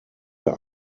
der